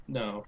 no